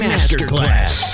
Masterclass